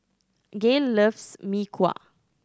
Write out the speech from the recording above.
Gayle loves Mee Kuah